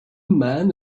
man